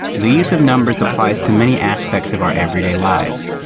the use of numbers applies to many aspects of our everyday lives.